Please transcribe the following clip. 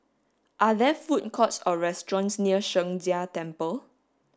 are there food courts or restaurants near Sheng Jia Temple